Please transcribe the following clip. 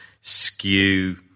skew